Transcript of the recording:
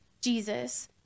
Jesus